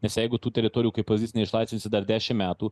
nes jeigu tų teritorijų kaip pozici neišlaisvinsi dar dešim metų